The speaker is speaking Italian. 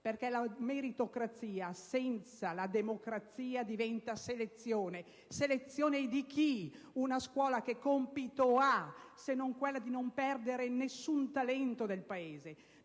perché la meritocrazia senza la democrazia diventa selezione. Ma selezione di chi? Una scuola che compito ha se non quello di non perdere nessun talento del Paese?